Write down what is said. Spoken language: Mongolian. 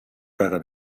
байгаа